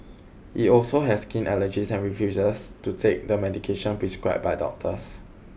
he also has skin allergies and refuses to take the medication prescribed by doctors